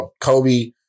Kobe